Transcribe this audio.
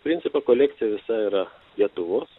principo kolekcija visa yra lietuvos